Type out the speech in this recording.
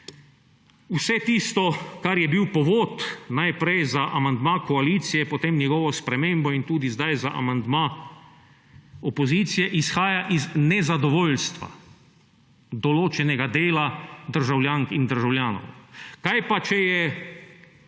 Vse tisto, kar je bil povod najprej za amandma koalicije, potem njegovo spremembo in tudi zdaj za amandma opozicije, izhaja iz nezadovoljstva določenega dela državljank in državljanov. Kaj pa, če je,